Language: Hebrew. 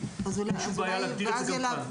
ואין שום בעיה להגדיר את זה גם כאן.